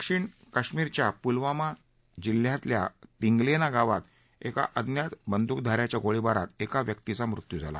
दक्षिण कश्मीरच्या प्लवामा जिल्ह्यातल्या पिंगलेना गावात एका अज्ञात बंदुकधाऱ्याच्या गोळीबारात एका व्यक्तीचा मृत्यू झाला